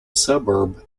suburb